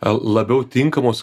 labiau tinkamus